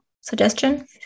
suggestion